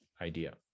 idea